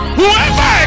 whoever